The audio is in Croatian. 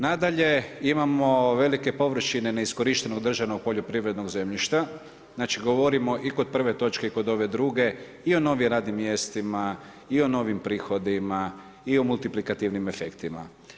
Nadalje, imamo velike površine neiskorištenog državnog poljoprivrednog zemljišta, znači govorimo i kod prve točke i kod ove druge i o novim radnim mjestima i o novim prihodima i o multiplikativnim efektima.